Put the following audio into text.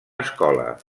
escola